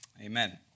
amen